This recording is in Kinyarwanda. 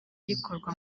rikorwa